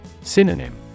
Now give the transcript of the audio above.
Synonym